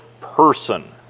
person